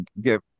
get